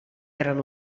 erano